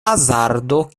hazardo